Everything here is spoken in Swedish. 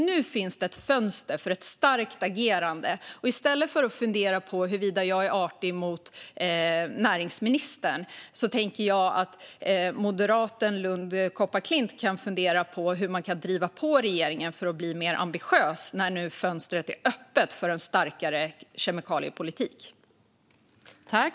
Nu finns det ett fönster för ett starkt agerande. I stället för att fundera på huruvida jag är artig mot näringsministern tänker jag att moderaten Lund Kopparklint kan fundera på hur man kan driva på regeringen att bli mer ambitiös när nu fönstret är öppet för en starkare kemikaliepolitik.